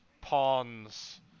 pawns